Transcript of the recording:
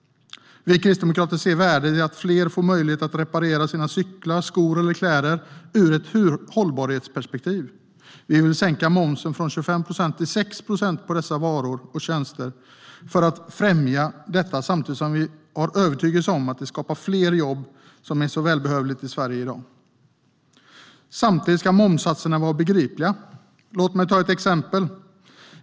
Vi kristdemokrater ser värdet i att fler får möjlighet att reparera sina cyklar, skor eller kläder ur ett hållbarhetsperspektiv. Vi vill sänka momsen från 25 procent till 6 procent på dessa varor och tjänster för att främja detta, samtidigt som vi har övertygelsen om att vi skapar fler jobb, vilket är välbehövligt i Sverige i dag. Samtidigt ska momssatserna vara begripliga. Låt mig ta ett exempel.